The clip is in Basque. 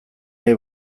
nahi